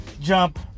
jump